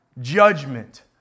judgment